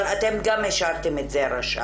אבל אתם גם השארתם את זה רשאי.